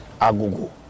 Agogo